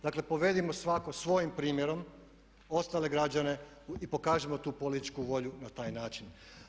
Dakle povedimo svako svojim primjerom ostale građane i pokažimo tu političku volju na taj način.